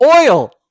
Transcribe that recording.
oil